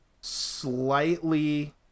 Slightly